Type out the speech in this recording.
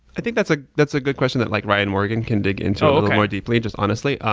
i think that's ah that's a good question that like ryan morgan can dig into a little more deeply, just honestly.